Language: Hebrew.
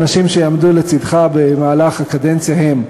האנשים שיעמדו לצדך במהלך הקדנציה הם: